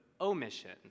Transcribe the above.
omission